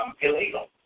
illegal